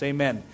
Amen